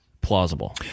plausible